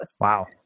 Wow